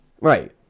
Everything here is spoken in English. Right